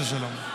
חס ושלום.